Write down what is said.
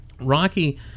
Rocky